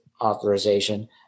authorization